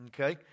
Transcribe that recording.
Okay